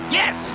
yes